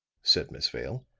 said miss vale,